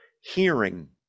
hearing